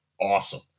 awesome